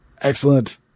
excellent